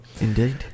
Indeed